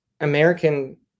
American